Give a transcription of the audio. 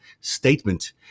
statement